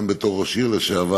גם בתור ראש עיר לשעבר,